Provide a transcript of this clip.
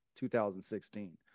2016